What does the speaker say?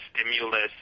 stimulus